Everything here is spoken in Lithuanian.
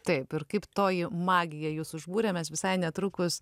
taip ir kaip toji magija jus užbūrė mes visai netrukus